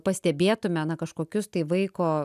pastebėtume na kažkokius tai vaiko